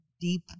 deep